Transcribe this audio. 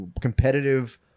competitive